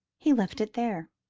he left it there.